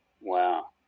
Wow